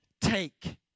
take